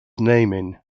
naming